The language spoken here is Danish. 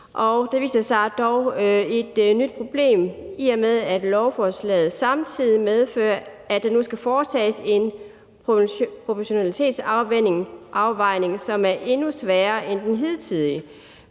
Der viser sig dog et nyt problem, i og med at lovforslaget samtidig medfører, at der nu skal foretages en proportionalitetsafvejning, som er endnu sværere end den hidtidige,